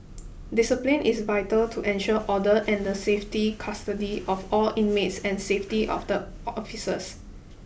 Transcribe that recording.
discipline is vital to ensure order and the safety custody of all inmates and safety of the officers